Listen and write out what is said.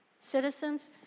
citizens